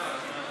נתקבל.